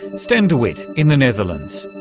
sten de wit in the netherlands.